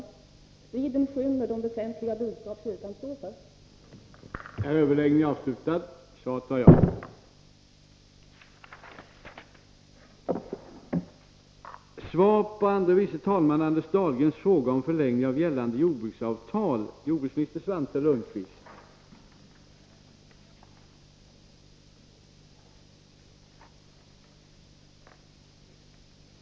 Denna strid skymmer det väsentliga budskap kyrkan står för.